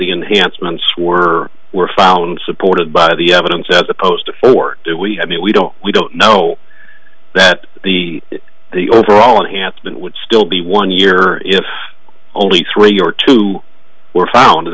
months were were found supported by the evidence as opposed to for work do we i mean we don't we don't know that the the overall announcement would still be one year if only three or two were found